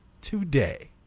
today